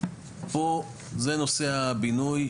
זה נושא הבינוי,